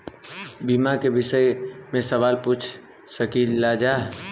बीमा के विषय मे सवाल पूछ सकीलाजा?